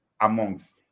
amongst